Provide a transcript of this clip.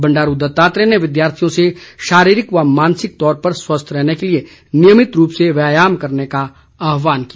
बंडारू दत्तात्रेय ने विद्यार्थियों से शारीरिक और मानसिक तौर पर स्वस्थ रहने के लिए नियमित रूप से व्यायाम करने का आहवान किया